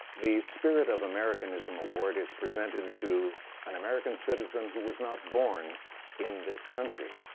the spirit of americanism award is presented to an american citizen who was not born in this country,